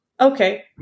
okay